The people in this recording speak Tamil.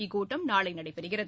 இக்கூட்டம் நாளை நடைபெறுகிறது